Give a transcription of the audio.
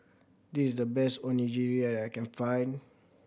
this is the best Onigiri that I can find